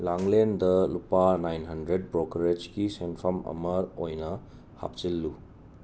ꯂꯥꯡꯂꯦꯟꯗ ꯂꯨꯄꯥ ꯅꯥꯏꯟ ꯗꯟꯗ꯭ꯔꯦꯠ ꯕ꯭ꯔꯣꯀꯔꯦꯆꯀꯤ ꯁꯦꯟꯐꯝ ꯑꯃ ꯑꯣꯏꯅ ꯍꯥꯞꯆꯤꯜꯂꯨ